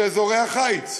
זה אזורי החיץ.